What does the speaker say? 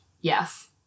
Yes